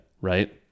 right